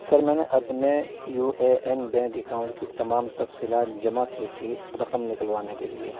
سر میں نے اپنے U A N bank account کی تمام تفصیلات جمع کی تھی رقم نکلوانے کے لیے